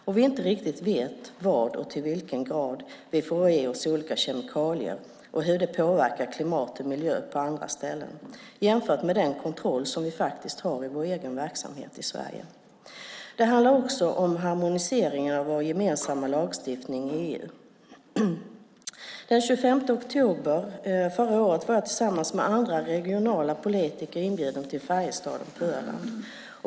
Vi vet inte heller riktigt vad och vilken grad vi får i oss olika kemikalier och hur det påverkar klimat och miljö på andra ställen, detta jämfört med den kontroll som vi faktiskt har i vår egen verksamhet i Sverige. Det handlar också om harmoniseringen av vår gemensamma lagstiftning i EU. Den 25 oktober förra året var jag tillsammans med andra regionala politiker inbjuden till Färjestaden på Öland.